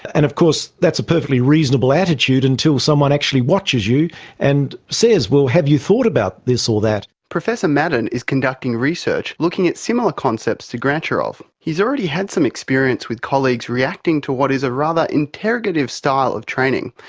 and of course that's a perfectly reasonable attitude and until someone actually watches you and says, well, have you thought about this or that? professor maddern is conducting research looking at similar concepts to grantcharov. he's already had some experience with colleagues reacting to what is a rather interrogative style of training,